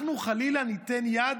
אנחנו חלילה ניתן יד?